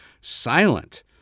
silent